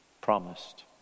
promised